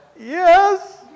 yes